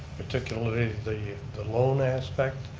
particularly the the loan aspect,